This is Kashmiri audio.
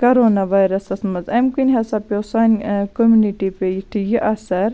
کَرونا وایرَسس منٛز اَمہِ کِنۍ ہسا پیٚو سانہِ کوٚمنِٹی پیٚیہِ تہِ یہِ اَثر